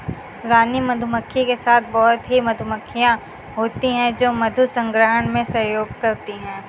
रानी मधुमक्खी के साथ बहुत ही मधुमक्खियां होती हैं जो मधु संग्रहण में सहयोग करती हैं